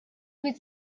fit